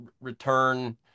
return